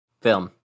Film